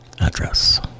address